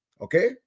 Okay